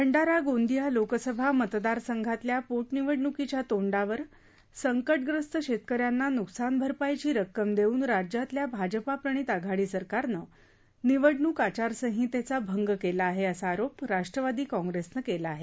भंडारा गोंदिया लोकसभा मतदारसंघातल्या पोटनिवडणुकीच्या तोंडावर संकटग्रस्त शेतकऱ्यांना नुकसानभरपाईची रक्कम देऊन राज्यातल्या भाजपाप्रणित आघाडी सरकारनं निवडणूक आघारसंहितेचा भंग केला आहे असा आरोप राष्ट्रवादी काँप्रेसनं केला आहे